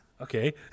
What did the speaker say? okay